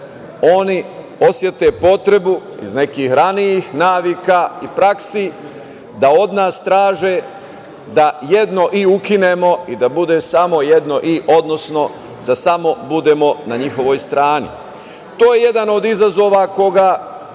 oni osete potrebu iz nekih ranijih navika i praksi da od nas traže da jedno „I“ ukinemo i da bude samo jedno „I“, odnosno da samo budemo na njihovoj strani. To je jedan od izazova koga